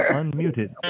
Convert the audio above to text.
unmuted